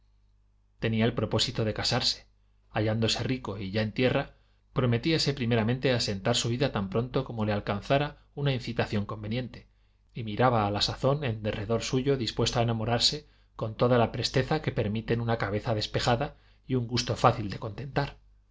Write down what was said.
el propósito de casarse hallándose rico y ya en tierra prometíase primeramente asentar su vida tan pronto como le alcanzara una incitación conveniente y miraba a la sazón en derredor suyo dispuesto a enamorarse con toda la presv teza que permiten una cabeza despejada y un gusto fácil de contentar